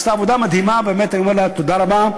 עשתה עבודה מדהימה, ובאמת אני אומר לה תודה רבה.